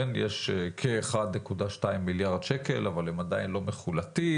יש כ-1.2 מיליארד שקל אבל הם עדיין לא מחולטים